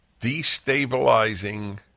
Destabilizing